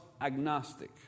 agnostic